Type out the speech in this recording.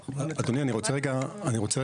אדוני, אני רוצה רגע להבין.